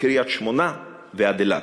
מקריית-שמונה ועד אילת.